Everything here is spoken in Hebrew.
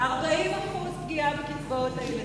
40% פגיעה בקצבאות הילדים.